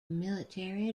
military